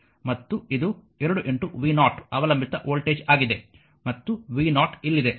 ಮತ್ತು ಇದು 2v0 ಅವಲಂಬಿತ ವೋಲ್ಟೇಜ್ ಆಗಿದೆ ಮತ್ತು v0 ಇಲ್ಲಿದೆ